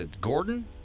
Gordon